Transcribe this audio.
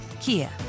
Kia